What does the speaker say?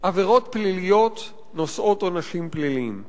עבירות פליליות נושאות עונשים פליליים,